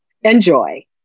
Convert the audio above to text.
enjoy